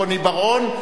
רוני בר-און.